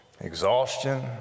exhaustion